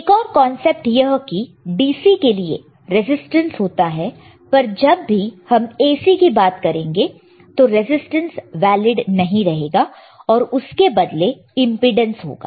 एक और कांसेप्ट यह की DC के लिए रजिस्टेंस होता है पर जब भी हम AC की बात करेंगे तो रेजिस्टेंस वैलिड नहीं रहेगा और उसके बदले इंपेडेंस होगा